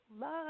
Love